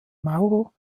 maurer